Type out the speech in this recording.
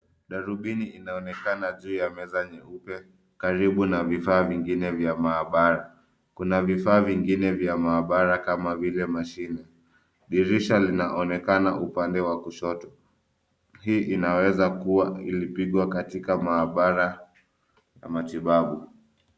Darubini inaonekana juu ya meza nyeupe karibu na vifaa vingine vya maabara. Kuna vifaa vingine vya maabara kama vile mashine. Dirisha linaonekana upande wa kushoto. Hii inaweza kuwa ilipigwa katika maabara ya matibabu.